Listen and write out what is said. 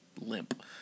limp